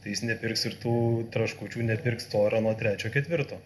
tai jis nepirks ir tų traškučių nepirks to ar ano trečio ketvirto